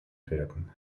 werden